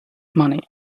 money